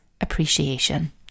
appreciation